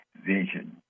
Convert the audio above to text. vision